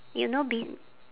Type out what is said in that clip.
you know be~